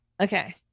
Okay